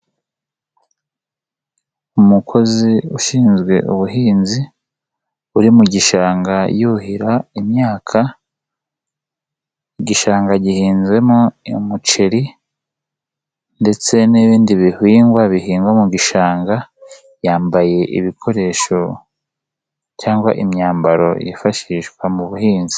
Umukozi ushinzwe ubuhinzi, uri mu gishanga yuhira imyaka, igishanga gihinzemo umuceri ndetse n'ibindi bihingwa bihingwa mu gishanga, yambaye ibikoresho cyangwa imyambaro yifashishwa mu buhinzi.